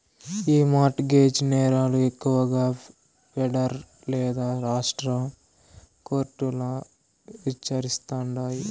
ఈ mortgage నేరాలు ఎక్కువగా పెడరల్ లేదా రాష్ట్ర కోర్టుల్ల విచారిస్తాండారు